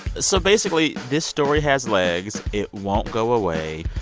so basically, this story has legs. it won't go away.